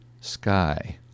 Sky